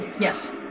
Yes